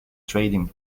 trading